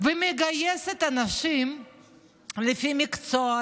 ומגייסת אנשים לפי מקצוע,